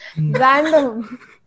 Random